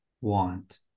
want